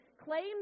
claim